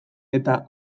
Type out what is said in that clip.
eta